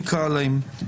נקרא להם,